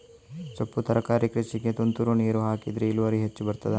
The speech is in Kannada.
ಸೊಪ್ಪು ತರಕಾರಿ ಕೃಷಿಗೆ ತುಂತುರು ನೀರು ಹಾಕಿದ್ರೆ ಇಳುವರಿ ಹೆಚ್ಚು ಬರ್ತದ?